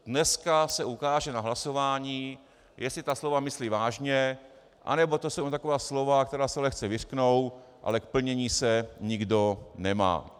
Dneska se ukáže na hlasování, jestli ta slova myslí vážně, anebo to jsou jen taková slova, která se lehce vyřknou, ale k plnění se nikdo nemá.